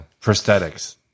Prosthetics